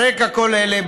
על רקע כל אלה,